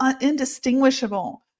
indistinguishable